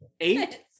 Eight